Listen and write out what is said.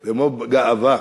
הוא מו"פ גאווה,